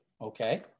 okay